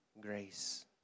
grace